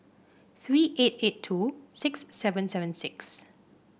three eight eight two six seven seven six